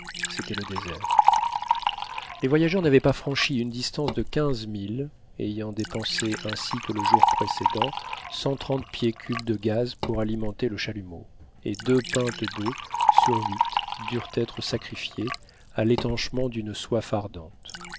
c'était le désert les voyageurs n'avaient pas franchi une distance de quinze milles ayant dépensé ainsi que le jour précèdent cent trente pieds cube de gaz pour alimenter le chalumeau et deux pintes deau sur huit durent être sacrifiées à l'étanchement d'une soit ardente